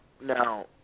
now